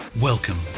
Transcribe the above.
Welcome